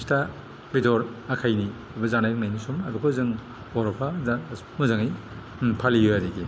फिथा बेदर आखाइनि जानाय लोंनायनि सम आरो बेखौ जों बर'फ्रा दा मोजाङै फालियो आरो कि